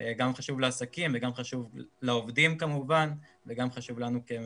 זה גם חשוב לעסקים וגם חשוב לעובדים כמובן וגם חשוב לנו כמדינה.